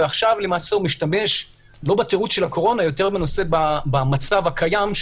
ועכשיו למעשה הוא משתמש לא בתירוץ של הקורונה אלא במצב הקיים,